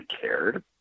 cared